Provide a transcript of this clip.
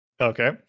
Okay